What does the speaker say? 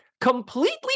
Completely